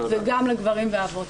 וגם לגברים ולאבות.